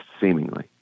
seemingly